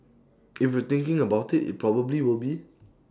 if you're thinking about IT it probably will be